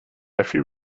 jeffery